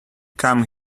come